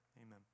Amen